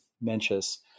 Mencius